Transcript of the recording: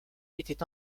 était